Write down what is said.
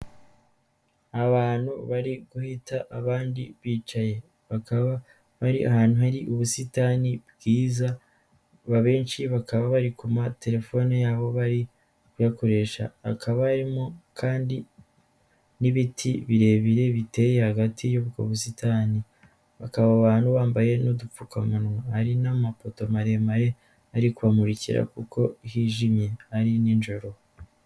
Abantu bari guhita abandi bicaye, bakaba bari ahantu hari ubusitani bwiza abenshi bakaba bari ku matelefone yabo bari kuyakoresha, hakaba harimo kandi n'ibiti birebire biteye hagati y'ubwo busitani, bakaba abantu bambaye n'udupfukamunwa hari n'amapoto maremare arimurikira kuko hijimye ari nijoro.